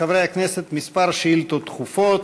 חברי הכנסת, כמה שאילתות דחופות,